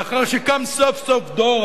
לאחר שקם סוף-סוף דור,